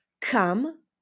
Come